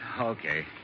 Okay